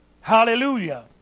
Hallelujah